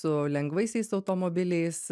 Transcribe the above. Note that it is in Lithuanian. su lengvaisiais automobiliais